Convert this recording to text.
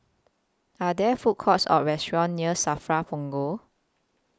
Are There Food Courts Or restaurants near SAFRA Punggol